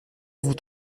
vous